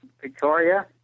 Victoria